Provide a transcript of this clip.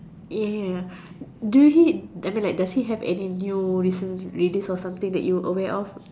ya does he have anything new movies that you are aware of